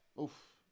Oof